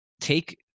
take